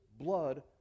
blood